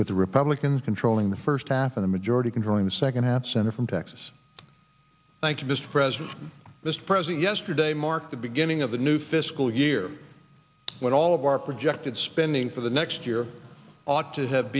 with the republicans controlling the first half of the majority controlling the second half senate from texas thank you mr president this present yesterday marked the beginning of the new fiscal year when all of our projected spending for the next year ought to have